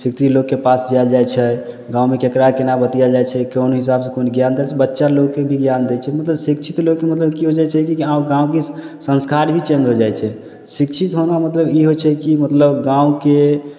शिक्षित लोकके पास जाएल जाइ छै गाँवमे ककरा कोना बतिआएल जाइ छै कोनो हिसाबसे कोन ज्ञान बच्चा लोकके भी ज्ञान दै छै मतलब शिक्षित लोकके मतलब कि ओ बुझै छै हँ गाँवके संस्कार भी चेन्ज हो जाइ छै शिक्षित होना मतलब ई होइ छै कि मतलब गाँवके